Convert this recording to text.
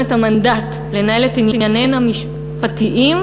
את המנדט לנהל את ענייניהן המשפטיים,